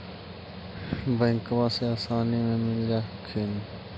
बैंकबा से आसानी मे मिल जा हखिन?